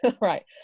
right